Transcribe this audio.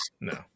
no